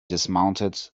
dismounted